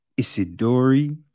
Isidori